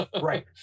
right